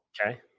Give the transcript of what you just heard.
Okay